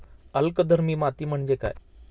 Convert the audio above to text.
अल्कधर्मी माती म्हणजे काय?